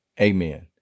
Amen